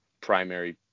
primary